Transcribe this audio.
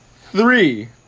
Three